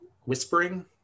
whispering